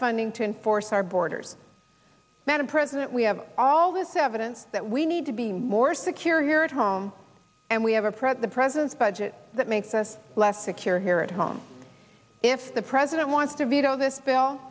funding to enforce our borders madam president we have all this evidence that we need to be more secure here at home and we have approached the president's budget that makes us less secure here at home if the president wants to veto this bill